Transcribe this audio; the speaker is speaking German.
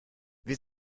wir